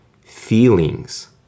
feelings